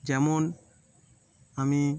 যেমন আমি